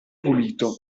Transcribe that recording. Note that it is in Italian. pulito